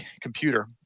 computer